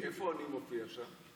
איפה אני מופיע שם?